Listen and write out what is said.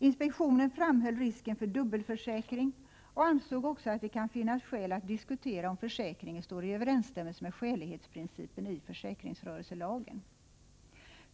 Inspektionen framhöll risken för dubbelförsäkring och ansåg också att det kan finnas skäl att diskutera om försäkringen står i överensstämmelse med skälighetsprincipen i försäkringsrörelselagen.